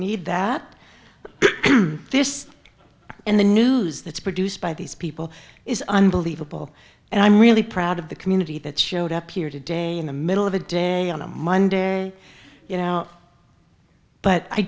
need that this in the news that's produced by these people is unbelievable and i'm really proud of the community that showed up here today in the middle of the day on a monday you know but i